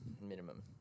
minimum